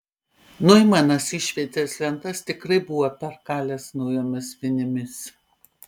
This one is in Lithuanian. noimanas išvietės lentas tikrai buvo perkalęs naujomis vinimis